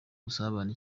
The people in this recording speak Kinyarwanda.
busabane